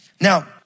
Now